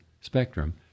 spectrum